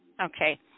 okay